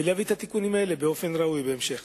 ולהביא את התיקונים האלה באופן ראוי בהמשך.